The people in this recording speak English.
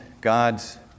God's